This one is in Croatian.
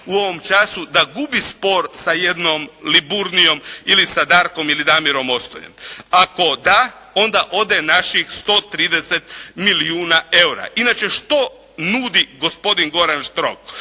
u ovom času da gubi spor sa jednom Liburnijom ili sa Darkom ili sa Damirom Ostoje. Ako da, onda ode naših 130 milijuna eura. Inače, što nudi gospodin Goran Štrok.